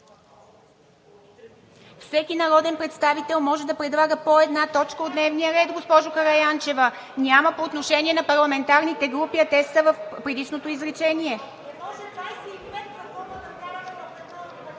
Всеки народен представител може да предлага по една точка от дневния ред, госпожо Караянчева. Няма по отношение на парламентарните групи, те са в предишното изречение.